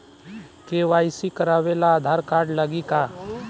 KYC करावे ला Aadhaar card लागी का?